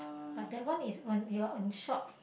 but that one is when you are on short